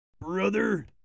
Brother